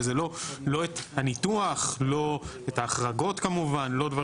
אבל זה לא, לא, הניתוח לא, את ההחרגות כמובן לא.